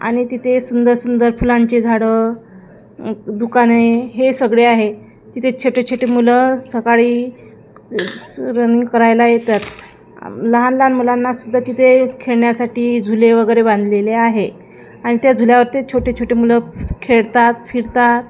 आणि तिथे सुंदर सुंदर फुलांचे झाडं दुकाने हे सगळे आहे तिथे छोटे छोटे मुलं सकाळी रनिंग करायला येतात लहान लहान मुलांनासुद्धा तिथे खेळण्यासाठी झुले वगैरे बांधलेले आहे आणि त्या झुल्यावरती छोटे छोटे मुलं खेळतात फिरतात